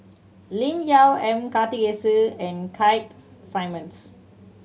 Lim Yau M Karthigesu and Keith Simmons